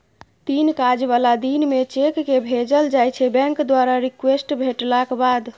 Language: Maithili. तीन काज बला दिन मे चेककेँ भेजल जाइ छै बैंक द्वारा रिक्वेस्ट भेटलाक बाद